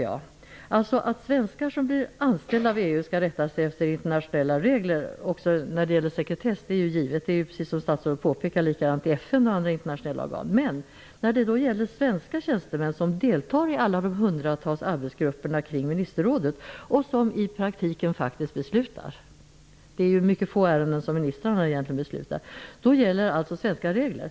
Att de svenskar som blir anställda av EU skall rätta sig efter internationella regler också när det gäller sekretess är givet. Det är, som statsrådet påpekar, likadant i FN och andra internationella organ. Men när det gäller svenska tjänstemän som deltar i alla de hundratals arbetsgrupperna kring ministerrådet och som i praktiken faktiskt beslutar -- det är ju i mycket få ärenden som ministrarna egentligen beslutar -- gäller svenska regler.